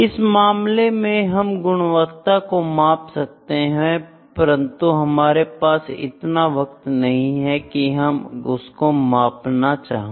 इस मामले में हम गुणवता को माप सकते है परन्तु हमारे पास इतना वक़्त नहीं है की हम उसको मापना चाहू